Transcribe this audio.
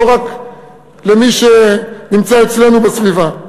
לא רק למי שנמצא אצלנו בסביבה.